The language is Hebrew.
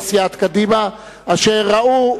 אני מודה גם לחברי סיעת קדימה, אשר ראו,